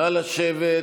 נא לשבת.